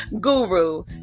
guru